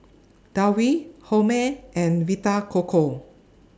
Downy Hormel and Vita Coco